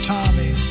Tommy